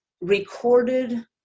recorded